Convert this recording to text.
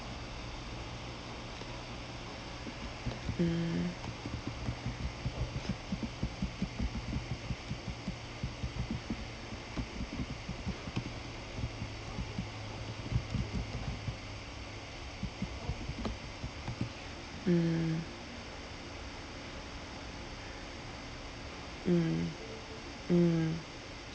mm mm mm mm